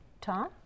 Tom